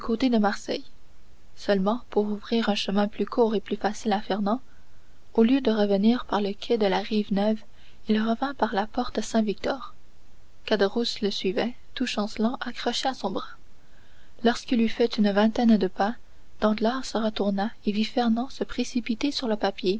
de marseille seulement pour ouvrir un chemin plus court et plus facile à fernand au lieu de revenir par le quai de la rive neuve il revint par la porte saint-victor caderousse le suivait tout chancelant accroché à son bras lorsqu'il eut fait une vingtaine de pas danglars se retourna et vit fernand se précipiter sur le papier